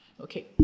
Okay